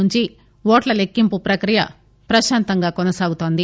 నుంచి ఓట్ల లెక్కింపు ప్రక్రియ ప్రశాంతంగా కొనసాగుతోంది